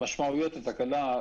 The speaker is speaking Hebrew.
משמעויות התקלה,